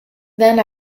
then